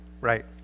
Right